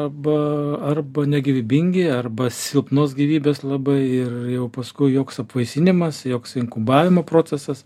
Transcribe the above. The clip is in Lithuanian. arba arba negyvybingi arba silpnos gyvybės labai ir jau paskui joks apvaisinimas joks inkubavimo procesas